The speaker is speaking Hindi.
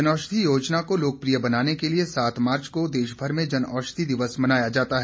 जनऔषधि योजना को लोकप्रिय बनाने के लिए सात मार्च को देशभर में जनऔषधि दिवस मनाया जाता है